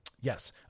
yes